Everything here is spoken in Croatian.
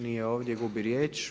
Nije ovdje, gubi riječ.